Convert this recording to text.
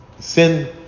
sin